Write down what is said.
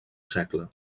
segle